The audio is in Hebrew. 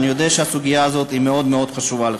אני יודע שהסוגיה הזאת מאוד חשובה לך.